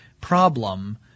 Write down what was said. problem